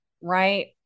right